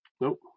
Nope